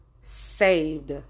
saved